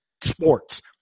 sports